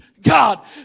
God